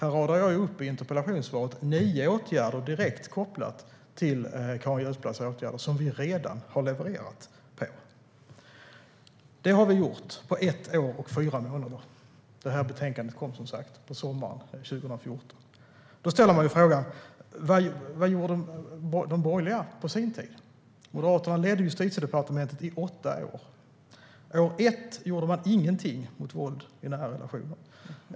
I interpellationssvaret radar jag upp nio åtgärder direkt kopplade till Carin Götblads åtgärder som vi redan har levererat. Detta har vi gjort på ett år och fyra månader. Betänkandet kom som sagt på sommaren 2014. Då ställer man sig frågan: Vad gjorde de borgerliga på sin tid? Moderaterna ledde Justitiedepartementet i åtta år. År ett gjorde man ingenting mot våld i nära relationer.